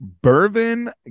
Bourbon